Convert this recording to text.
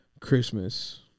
Christmas